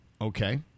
okay